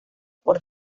por